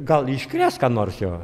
gal iškrės ką nors jo